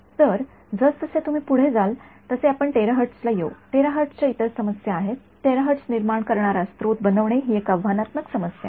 तर जसजसे तुम्ही पुढे जाल तसे आपण टेराहर्ट्ज ला येऊ टेराहर्ट्जच्या इतर समस्या आहेत आहेत तेरहर्ट्ज निर्माण करणारा स्त्रोत बनवणे ही एक आव्हानात्मक समस्या आहे